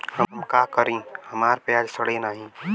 हम का करी हमार प्याज सड़ें नाही?